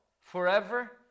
forever